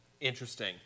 interesting